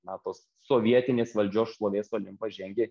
na tos sovietinės valdžios šlovės olimpas žengė